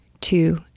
two